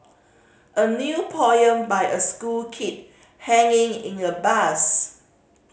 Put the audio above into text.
a new poem by a school kid hanging in a bus